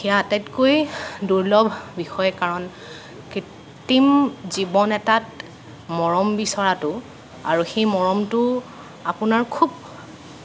সেয়া আটাইতকৈ দুৰ্লভ বিষয় কাৰণ কৃত্ৰিম জীৱন এটাত মৰম বিচৰাটো আৰু সেই মৰমটো আপোনাৰ খুব